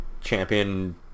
champion